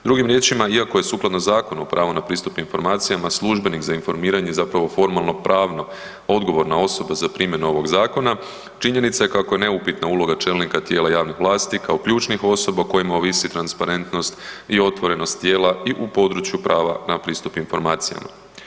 Drugim riječima, iako je sukladno Zakonu o pravu na pristup informacijama službenik za informiranje zapravo je formalno-pravno odgovorna osoba za primjenu ovog zakona, činjenica kako je neupitna uloga čelnika tijela javnih vlasti kao ključnih osoba o kojima ovisi transparentnost i otvorenost tijela i u području prava na pristup informacijama.